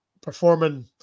performing